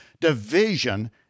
division